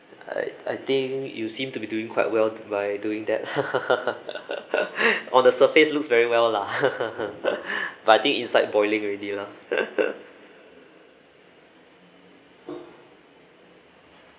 I I think you seem to be doing quite well by doing that on the surface looks very well lah but I think inside boiling already lah